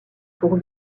pour